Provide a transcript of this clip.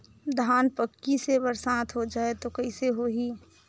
धान पक्की से बरसात हो जाय तो कइसे हो ही?